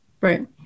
Right